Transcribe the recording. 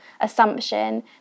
assumption